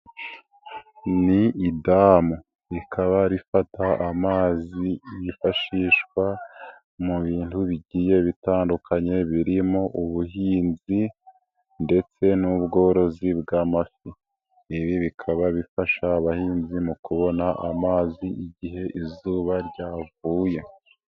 Ni idamu, rikaba rifata amazi yifashishwa mu bintu bigiye bitandukanye birimo ubuhinzi ndetse n'ubworozi bw'amafi, ibi bikaba bifasha abahinzi mu kubona amazi igihe izuba ryavuye.